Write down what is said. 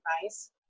advice